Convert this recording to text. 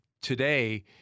Today